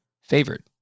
favored